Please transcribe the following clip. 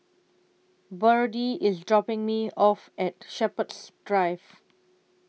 Berdie IS dropping Me off At Shepherds Drive